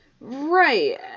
Right